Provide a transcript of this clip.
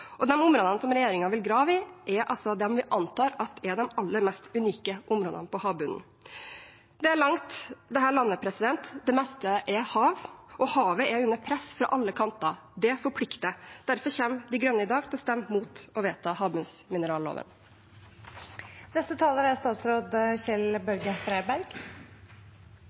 er dem man antar at er de mest unike områdene på havbunnen. Det er langt dette landet, det meste er hav, og havet er under press fra alle kanter. Det forplikter. Derfor kommer De Grønne i dag til å stemme imot å vedta